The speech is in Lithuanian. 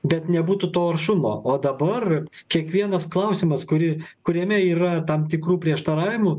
bet nebūtų to aršumo o dabar kiekvienas klausimas kurį kuriame yra tam tikrų prieštaravimų